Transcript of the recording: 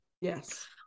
Yes